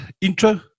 intro